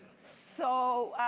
so